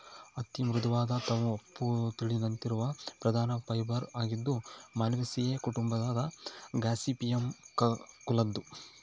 ಹತ್ತಿ ಮೃದುವಾದ ತುಪ್ಪುಳಿನಂತಿರುವ ಪ್ರಧಾನ ಫೈಬರ್ ಆಗಿದ್ದು ಮಾಲ್ವೇಸಿಯೇ ಕುಟುಂಬದ ಗಾಸಿಪಿಯಮ್ ಕುಲದ್ದು